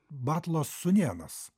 batlo sūnėnas